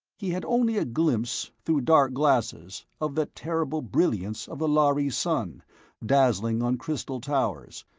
he had only a glimpse, through dark glasses, of the terrible brilliance of the lhari sun dazzling on crystal towers,